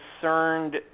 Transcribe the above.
concerned